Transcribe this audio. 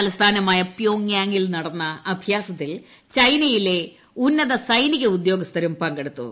തലസ്ഥാനമായ പ്യോങ് യാങിൽ നടന്ന അഭ്യാസത്തിൽ ചൈനയിലെ ഉന്നത സൈനിക ഉദ്യോഗസ്ഥരും പങ്കെടുത്തു